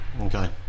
Okay